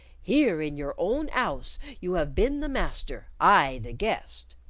here in your own ouse you have been the master, i the guest.